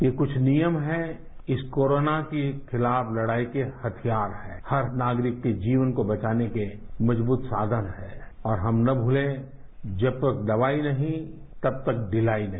ये कुछ नियम है इस कोरोना के खिलाफ लड़ाई के हथियार है हर नागरिक के जीवन को बचाने के मजदूत साधन है और हम न भूले जब तक दवाई नहींतब तक ढिलाई नहीं